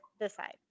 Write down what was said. decide